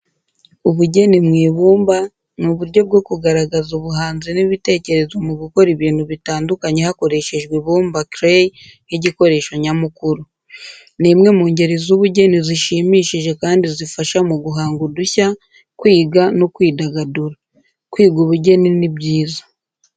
Ubugeni mu ibumba ni uburyo bwo kugaragaza ubuhanzi n’ibitekerezo mu gukora ibintu bitandukanye hakoreshejwe ibumba (clay) nk’ikikoresho nyamukuru. Ni imwe mu ngeri z’ubugeni zishimishije kandi zifasha mu guhanga udushya, kwiga, no kwidagadura. Kwiga ubugeni ni byiza.